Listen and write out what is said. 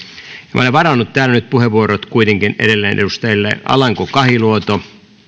minä olen varannut täällä nyt puheenvuorot kuitenkin edelleen edustajille alanko kahiluoto